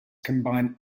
combine